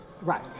right